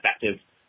effective